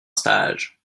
stage